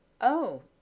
Oh